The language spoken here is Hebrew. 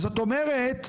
זאת אומרת,